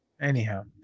Anyhow